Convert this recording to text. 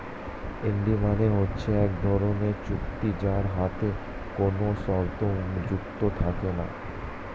হুন্ডি মানে হচ্ছে এক ধরনের চুক্তি যার সাথে কোনো শর্ত যুক্ত থাকে না